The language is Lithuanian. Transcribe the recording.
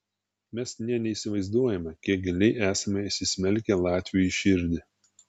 mes nė neįsivaizduojame kiek giliai esame įsismelkę latviui į širdį